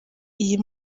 iyi